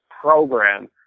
program